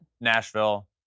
Nashville